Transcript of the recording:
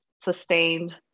sustained